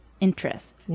interest